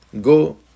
go